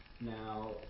Now